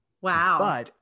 Wow